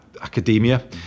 academia